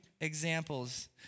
examples